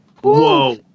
Whoa